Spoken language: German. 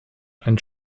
ein